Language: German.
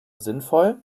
sinnvoll